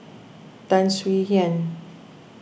Tan Swie Hian